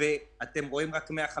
לכן זו הסתייגות מיותרת, אין בה צורך.